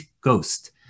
Ghost